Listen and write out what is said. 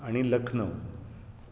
आनी लखनव